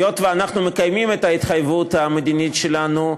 היות שאנחנו מקיימים את ההתחייבות המדינית שלנו,